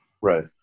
Right